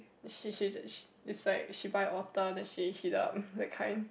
she she just she is like she buy otak then she heat up that kind